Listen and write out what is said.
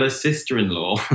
sister-in-law